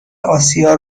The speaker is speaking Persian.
آسیا